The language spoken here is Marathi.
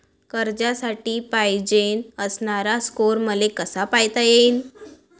कर्जासाठी पायजेन असणारा स्कोर मले कसा पायता येईन?